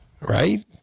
right